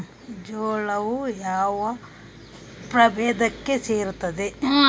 ಜೋಳವು ಯಾವ ಪ್ರಭೇದಕ್ಕೆ ಸೇರುತ್ತದೆ?